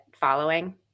following